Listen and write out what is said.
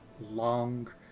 Long